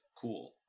Cool